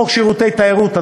54. חוק שירותי תיירות,